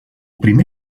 primer